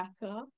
better